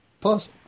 Pause